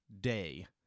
day